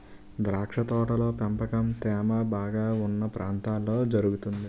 ద్రాక్ష తోటల పెంపకం తేమ బాగా ఉన్న ప్రాంతాల్లో జరుగుతుంది